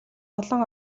олон